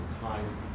time